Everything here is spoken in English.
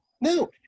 No